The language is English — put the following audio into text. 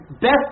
best